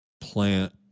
plant